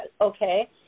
Okay